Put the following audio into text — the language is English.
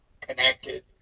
connected